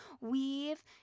weave